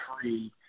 free